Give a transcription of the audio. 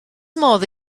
modd